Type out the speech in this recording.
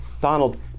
Donald